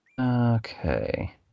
Okay